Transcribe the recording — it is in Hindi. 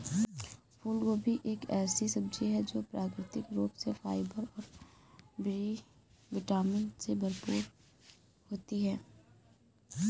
फूलगोभी एक ऐसी सब्जी है जो प्राकृतिक रूप से फाइबर और बी विटामिन से भरपूर होती है